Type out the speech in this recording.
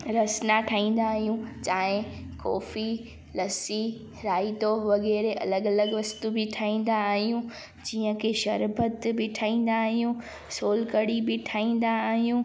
रसना ठाहींदा आहियूं चांहि कॉफी लस्सी रायतो वग़ैरह अलॻि अलॻि वस्तू बि ठाहींदा आहियूं जीअं कि शरबत बि ठाहींदा आहियूं सोल कढ़ी बि ठाहींदा आहियूं